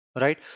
right